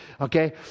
okay